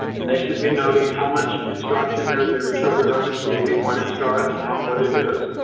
and they should be noting how much instruction their their children are receiving, when it starts and what it is.